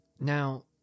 Now